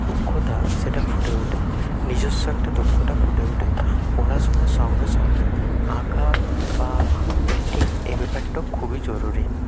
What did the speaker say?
দক্ষতা সেটা ফুটে উঠে নিজস্ব একটা দক্ষতা ফুটে ওঠে পড়াশোনার সঙ্গে সঙ্গে আঁকা বা পেন্টিং এই ব্যাপারটা খুবই জরুরি